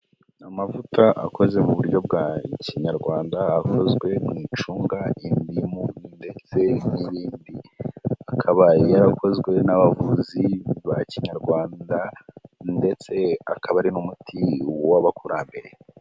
Amavuta akoze mu buryo bwa kinyarwanda avuzwe mu icunga, indimu ndetse n'ibindi, akabaye yarakozwe n'abavuzi ba kinyarwanda ndetse akaba ari n'umuti w'abakurambere.